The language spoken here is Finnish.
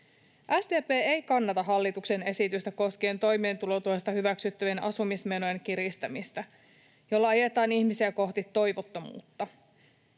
SDP ei kannata hallituksen esitystä koskien toimeentulotuessa hyväksyttävien asumismenojen kiristämistä, jolla ajetaan ihmisiä kohti toivottomuutta.